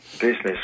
business